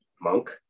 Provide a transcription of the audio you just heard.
monk